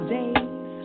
days